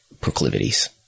proclivities